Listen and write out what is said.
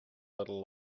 little